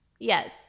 Yes